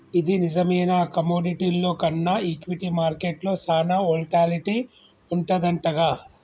ఇది నిజమేనా కమోడిటీల్లో కన్నా ఈక్విటీ మార్కెట్లో సాన వోల్టాలిటీ వుంటదంటగా